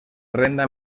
renda